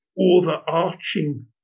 overarching